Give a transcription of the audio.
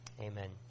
amen